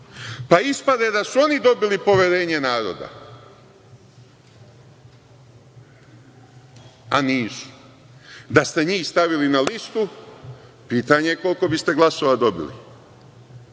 pa ispade da su oni dobili poverenje naroda, a nisu. Da ste njih stavili na listu pitanje je koliko biste glasova dobili.